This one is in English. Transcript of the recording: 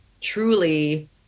truly